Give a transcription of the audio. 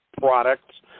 products